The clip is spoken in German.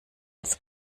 als